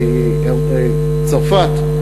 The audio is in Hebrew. צרפת,